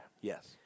Yes